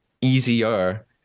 easier